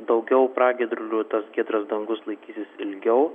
daugiau pragiedrulių tas giedras dangus laikysis ilgiau